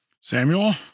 Samuel